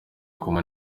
kumwe